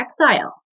exile